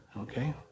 Okay